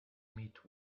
meet